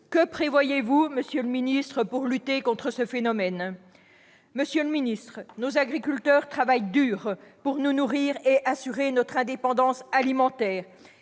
Que prévoyez-vous, monsieur le ministre, pour lutter contre ce phénomène ? Il faut conclure, ma chère collègue. Nos agriculteurs travaillent dur pour nous nourrir et assurer notre indépendance alimentaire.